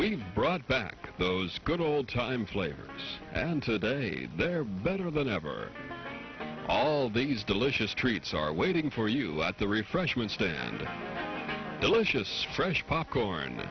we brought back those good old time flavors and today they're better than ever all these delicious treats are waiting for you let the refreshment stand delicious fresh popcorn